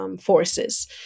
Forces